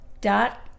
dot